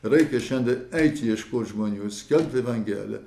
reikia šiandien eit ieškot žmonių skelbti evangeliją